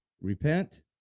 repent